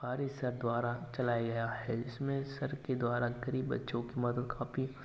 Haris sir द्वारा चलाया गया है इसमें सर के द्वारा गरीब बच्चों की मदद काफी